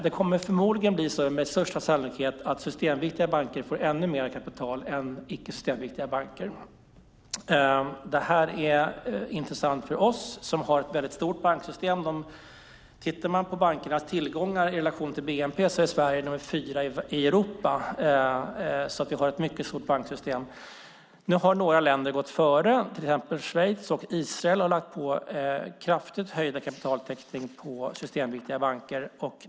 Det kommer med största sannolikhet bli så att systemviktiga banker får ännu mer kapital än icke systemviktiga banker. Detta är intressant för oss som har ett mycket stort banksystem. Tittar man på bankernas tillgångar i relation till bnp är Sverige nummer fyra i Europa. Vi har alltså ett mycket stort banksystem. Några länder har gått före. Till exempel Schweiz och Israel har kraftigt ökat kapitaltäckningen i systemviktiga banker.